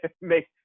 make